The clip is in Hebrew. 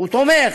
הוא תומך,